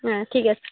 হ্যাঁ ঠিক আছে